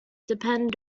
depend